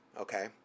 okay